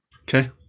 Okay